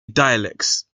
dialects